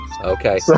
Okay